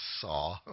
saw